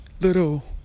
little